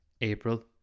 April